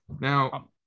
Now